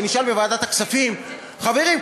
כשנשאל בוועדת הכספים: חברים,